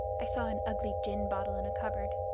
i saw an ugly gin bottle in a cupboard.